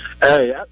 Hey